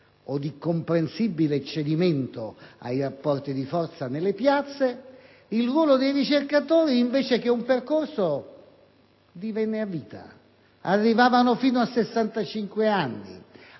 o di comprensibile cedimento ai rapporti di forza nelle piazze, il ruolo dei ricercatori, invece che un percorso, divenne a vita; arrivavano fino a 65 anni,